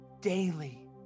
daily